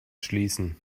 schließen